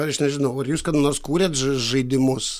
aš nežinau ar jūs kada nors kūrėt ža žaidimus